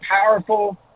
powerful